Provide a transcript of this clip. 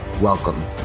Welcome